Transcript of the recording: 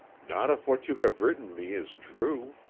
not if what you have written me is true.